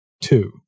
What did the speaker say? two